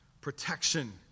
protection